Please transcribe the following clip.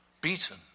beaten